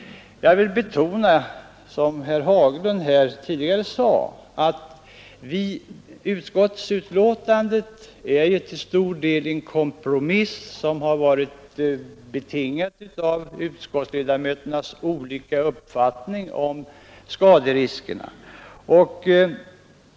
Jag vill betona något som herr Haglund sade tidigare, nämligen att utskottsbetänkandet till stor del är en kompromiss, och det är betingat av utskottsledamöternas olika uppfattning om skaderiskerna.